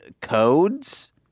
codes